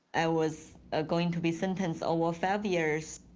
i was ah going to be sentenced over five years.